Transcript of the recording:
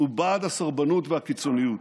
ובעד הסרבנות והקיצוניות.